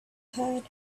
had